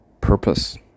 purpose